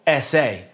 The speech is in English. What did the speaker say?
SA